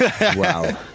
Wow